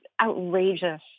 outrageous